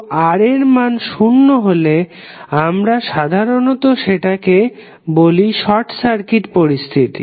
তো R এর মান শূন্য হলে আমরা সাধারণত সেটাকে বলি শর্ট সার্কিট পরিস্থিতি